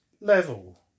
level